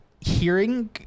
hearing